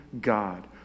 God